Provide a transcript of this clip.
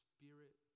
Spirit